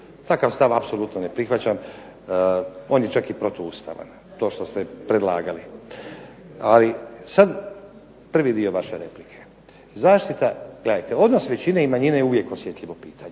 Takav stav apsolutno ne prihvaćam, on je čak i protuustavan. To što ste predlagali. Ali sad prvi dio vaše replike. Gledajte, odnos većine i manjine je uvijek osjetljivo pitanje,